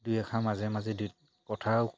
দুই এষাৰ মাজে মাজে দুই কথাও